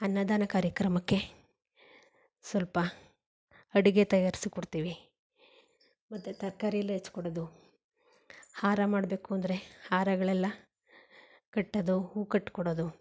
ಅನ್ನದಾನ ಕಾರ್ಯಕ್ರಮಕ್ಕೆ ಸ್ವಲ್ಪ ಅಡುಗೆ ತಯಾರಿಸಿ ಕೊಡ್ತೀವಿ ಮತ್ತು ತರಕಾರಿ ಎಲ್ಲ ಹೆಚ್ಚಿ ಕೊಡೋದು ಹಾರ ಮಾಡಬೇಕು ಅಂದರೆ ಹಾರಗಳೆಲ್ಲ ಕಟ್ಟೋದು ಹೂವು ಕಟ್ಕೊಡೋದು